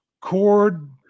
Cord